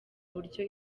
buryo